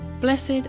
Blessed